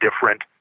different